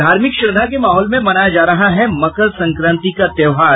धार्मिक श्रद्वा के माहौल में मनाया जा रहा है मकर संक्रांति का त्योहार